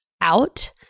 out